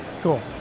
Cool